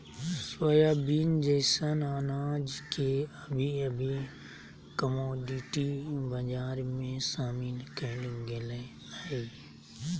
soybean जैसन अनाज के अभी अभी कमोडिटी बजार में शामिल कइल गेल हइ